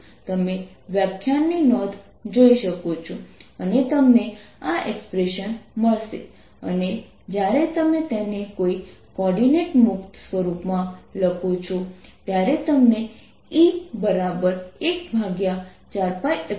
તમે વ્યાખ્યાનની નોંધ જોઈ શકો છો અને તમને આ એક્સપ્રેશન મળશે અને જ્યારે તમે તેને કોઈ કોઓર્ડીનેટ મુક્ત સ્વરૂપમાં લખો છો ત્યારે તમને Edipole14π0r33P